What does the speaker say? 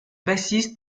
bassiste